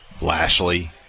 Lashley